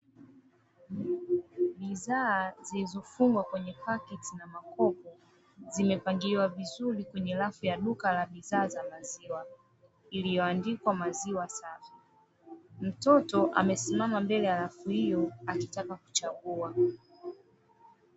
Bidhaa zilizofungwa kwenye paketi na makopo zimepangiliwa vizuri kwenye rafu za duka la maziwa lililoandikwa maziwa safi, mtoto amesimama mbele ya rafu hiyo akitaka kuchagua.